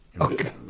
Okay